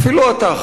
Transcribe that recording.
אפילו אתה,